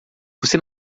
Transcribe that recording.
você